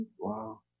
Wow